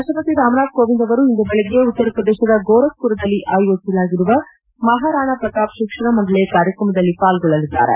ರಾಷ್ಟಪತಿ ರಾಮನಾಥ ಕೋವಿಂದ್ ಅವರು ಇಂದು ಬೆಳಗ್ಗೆ ಉತ್ತರ ಪ್ರದೇಶದ ಗೋರಬ್ಪುರದಲ್ಲಿ ಆಯೋಜಿಸಲಾಗಿರುವ ಮಹಾರಾಣಾ ಪ್ರತಾಪ್ ಶಿಕ್ಷಣ ಮಂಡಳಿಯ ಕಾರ್ಯಕ್ರಮದಲ್ಲಿ ಪಾಲ್ಗೊಳ್ಳಲಿದ್ದಾರೆ